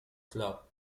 club